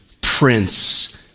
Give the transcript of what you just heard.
Prince